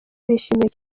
bishimiye